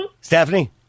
Stephanie